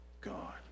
God